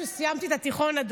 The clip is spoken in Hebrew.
כשסיימתי את התיכון שלי,